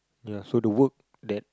ya so to work that